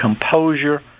composure